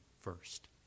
first